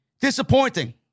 Disappointing